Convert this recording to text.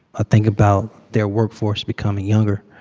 think about their workforce becoming younger.